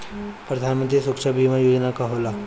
प्रधानमंत्री सुरक्षा बीमा योजना का होला?